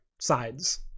sides